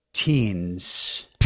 teens